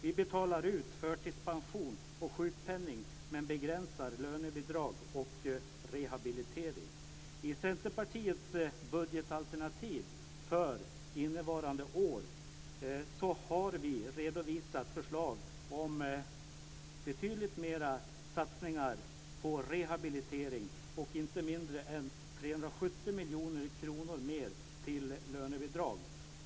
Vi betalar ut förtidspension och sjukpenning men begränsar lönebidrag och rehabilitering. I Centerpartiets budgetalternativ för innevarande år har vi redovisat förslag om betydligt mera satsningar på rehabilitering och inte mindre än 370 miljoner kronor mer till lönebidrag.